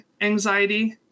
anxiety